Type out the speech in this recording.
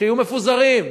שיהיו מפוזרים,